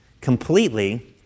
completely